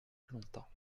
longtemps